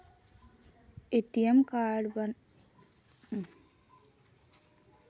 ATM card बनवाए बर का का दस्तावेज लगथे?